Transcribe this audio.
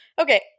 okay